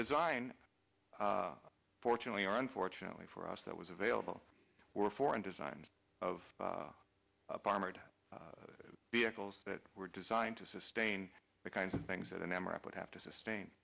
design fortunately or unfortunately for us that was available were foreign designs of up armored vehicles that were designed to sustain the kinds of things that an emirate would have to sustain